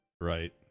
right